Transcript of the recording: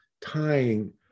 tying